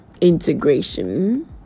integration